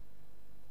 הפעם השלישית,